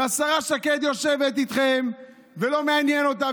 והשרה שקד יושבת איתכם ולא מעניין אותה,